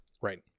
Right